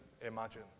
imagine